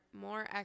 more